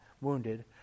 wounded